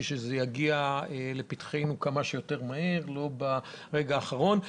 שזה יגיע לפתחנו כמה שיותר מהר ולא ברגע האחרון.